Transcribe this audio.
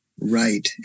Right